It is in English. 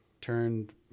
turned